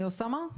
אוסאמה?